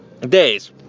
days